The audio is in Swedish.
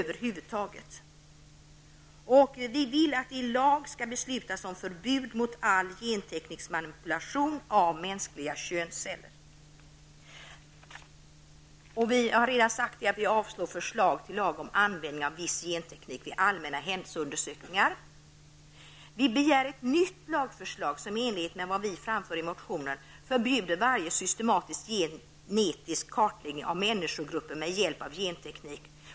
Vi vill att det skall finnas en lag som förbjuder all genteknisk manipulation av mänskliga könsceller. Som jag tidigare har nämnt avstyrker vi förslaget till lag om användning av viss genteknik vid allmänna hälsoundersökningar. Vi begär ett nytt lagförslag, som i enlighet med vad vi framför i motionen förbjuder varje systematisk genetisk kartläggning av människogrupper med hjälp av genteknik.